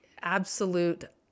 absolute